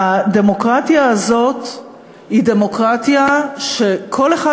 הדמוקרטיה הזאת היא דמוקרטיה שכל אחד